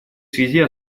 связи